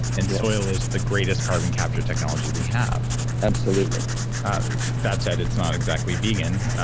and soil is the greatest carbon capture technology we have absolutely that said, it's not exactly vegan.